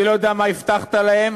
אני לא יודע מה הבטחת להם,